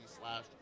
slash